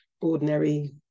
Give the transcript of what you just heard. ordinary